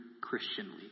Christianly